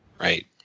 Right